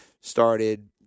started